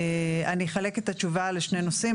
אני אחלק את התשובה לשני נושאים,